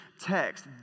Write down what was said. text